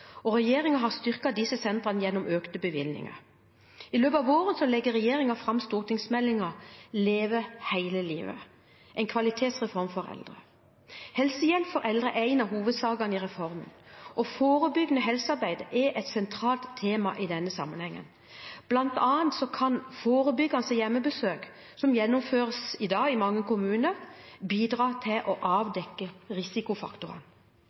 og regjeringen har styrket disse sentrene gjennom økte bevilgninger. I løpet av våren legger regjeringen fram stortingsmeldingen «Leve hele livet» – en kvalitetsreform for eldre. Helsehjelp for eldre er en av hovedsakene i reformen, og forebyggende helsearbeid er et sentralt tema i denne sammenhengen. Blant annet kan forebyggende hjemmebesøk, som i dag gjennomføres i mange kommuner, bidra til å avdekke risikofaktorene,